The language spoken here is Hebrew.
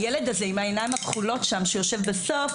הילד הזה עם העיניים הכחולות שם שיושב בסוף,